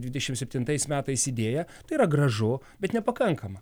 dvidešim septintais metais idėją tai yra gražu bet nepakankama